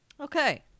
Okay